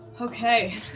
Okay